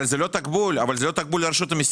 אבל זה לא תקבול, זה לא תקבול מרשות המיסים,